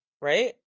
right